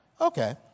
Okay